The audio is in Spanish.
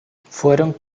fueron